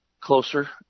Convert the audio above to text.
closer